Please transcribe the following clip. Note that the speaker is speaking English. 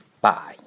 Bye